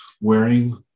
wearing